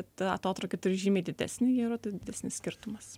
tą atotrūkį turi žymiai didesnį jau yra tas didesnis skirtumas